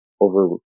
over